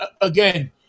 again